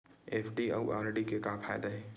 FD अउ R D के का फायदा हे?